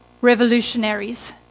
revolutionaries